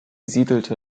siedelte